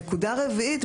נקודה רביעית,